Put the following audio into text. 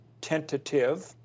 tentative